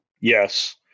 Yes